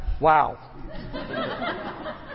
Wow